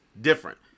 different